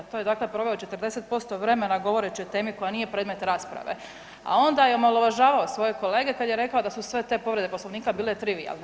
To je dakle proveo 40% vremena govoreći o temi koja nije predmet rasprave, a onda je omalovažavao svoje kolege kada je rekao da su sve te povrede Poslovnika bile trivijalne.